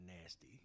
nasty